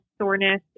soreness